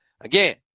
again